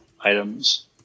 items